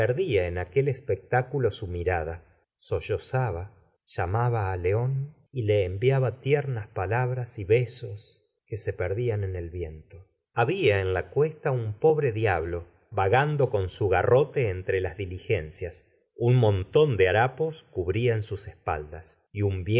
en aquel espectáculo su mirada sollozaba llamaba á león y le enviaba tiernas palabras y besos que se perdian en el viento rabia en la cuesta un pobre diablo vagando con su garrote entre las diligencias un montón de harapos cubría sus espaldas y